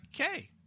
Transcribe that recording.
okay